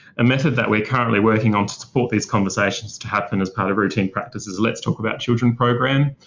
a method that we're currently working on to support these conversations to happen as part of routine practice is a let's talk about children program.